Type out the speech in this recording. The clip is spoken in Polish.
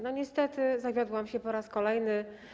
No niestety, zawiodłam się po raz kolejny.